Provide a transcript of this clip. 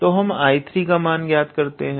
तो हम 𝐼3 का मान ज्ञात करते हैं